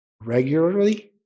regularly